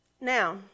Now